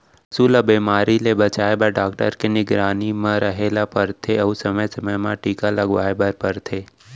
पसू ल बेमारी ले बचाए बर डॉक्टर के निगरानी म रहें ल परथे अउ समे समे म टीका लगवाए बर परथे